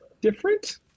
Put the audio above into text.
different